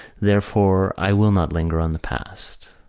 therefore, i will not linger on the past.